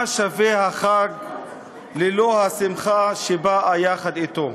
מה שווה החג ללא השמחה שבאה יחד אתו?